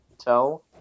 tell